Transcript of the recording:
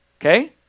Okay